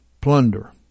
plunder